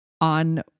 on